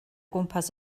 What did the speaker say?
gwmpas